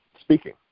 speaking